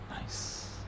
Nice